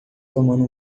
tomando